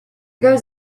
goes